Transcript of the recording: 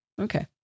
Okay